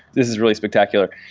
this is really spectacular.